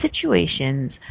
situations